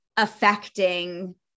affecting